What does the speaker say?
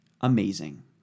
amazing